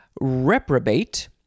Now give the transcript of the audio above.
Reprobate